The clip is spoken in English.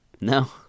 No